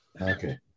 Okay